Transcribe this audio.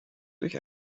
durch